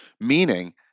meaning